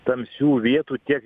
tamsių vietų tiek